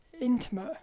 intimate